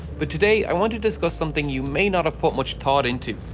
but today i want to discuss something you may not have put much thought into.